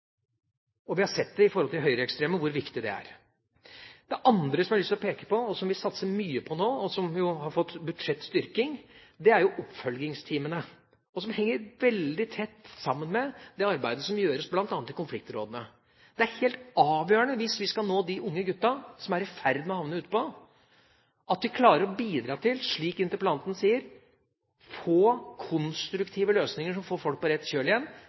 Vi har sett i forhold til høyreekstreme hvor viktig det er. Det andre som jeg har lyst til å peke på, som vi satser mye på nå, og som har fått budsjettstyrking, er oppfølgingsteamene, som henger veldig tett sammen med det arbeidet som gjøres bl.a. i konfliktrådene. Det er helt avgjørende hvis vi skal nå de unge gutta som er i ferd med å havne utpå, at vi klarer å bidra til, slik interpellanten sier, å få konstruktive løsninger som får folk på rett kjøl igjen,